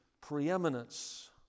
preeminence